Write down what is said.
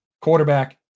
quarterback